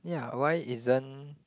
yeah why isn't